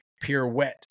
pirouette